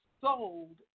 sold